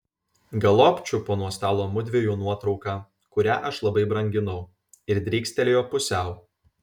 galop čiupo nuo stalo mudviejų nuotrauką kurią aš labai branginau ir drykstelėjo pusiau